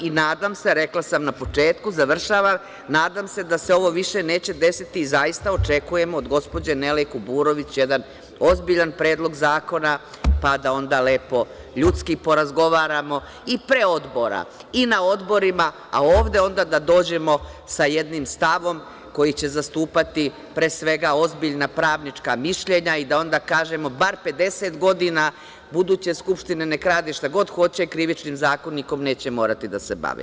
Nadam se da se ovo više neće desiti i zaista očekujem od gospođe Nele Kuburović jedan ozbiljan predlog zakona, pa da onda lepo, ljudski porazgovaramo, i pre odbora i na odborima, ali ovde onda da dođemo sa jednim stavom koji će zastupati pre svega ozbiljna pravnička mišljenja i da onda kažemo - bar 50 godina buduće Skupštine nega rade šta god hoće, Krivičnim zakonikom neće morati da se bave.